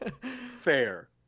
Fair